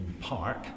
Park